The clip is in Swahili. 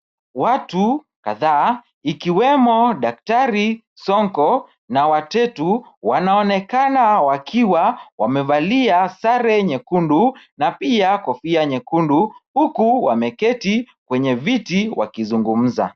Watu kadhaa ikiwemo daktari, Sonko na Watetu, wanaonekana wakiwa wamevalia sare nyekundu na pia kofia nyekundu huku wameketi kwenye viti wakizungumza.